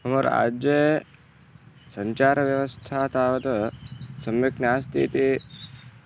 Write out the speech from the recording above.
मम राज्ये सञ्चारव्यवस्था तावत् सम्यक् नास्ति इति